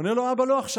עונה לו האבא: לא עכשיו.